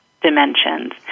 dimensions